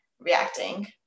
reacting